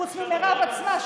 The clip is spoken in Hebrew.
חוץ ממירב עצמה,